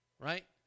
right